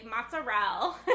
mozzarella